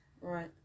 Right